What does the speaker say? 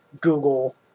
Google